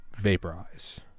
vaporize